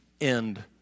End